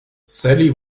sally